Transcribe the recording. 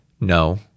No